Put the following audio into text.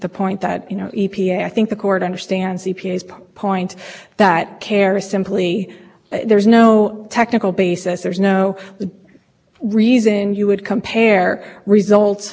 in large part by the meteorology at the time and so you can simply assume that emissions out of particular that there is a linear relationship between the emissions and that so final point that i wish to make